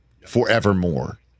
Forevermore